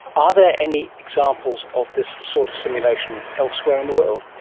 ah there any examples of this sort of simulation elsewhere in the world?